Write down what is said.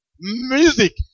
music